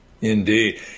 Indeed